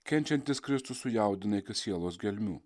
kenčiantis kristus sujaudina iki sielos gelmių